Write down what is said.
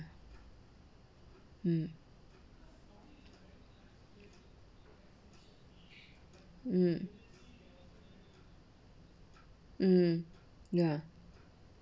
mm mm mm no